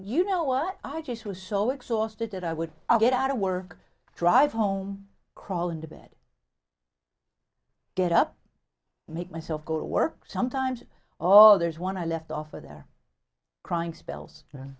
you know what i just was so exhausted that i would get out of work drive home crawl into bed get up make myself go to work sometimes all there's one i left off of there crying spells